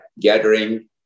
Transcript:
gathering